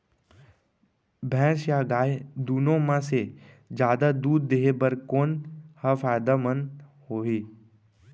भैंस या गाय दुनो म से जादा दूध देहे बर कोन ह फायदामंद होही?